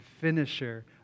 finisher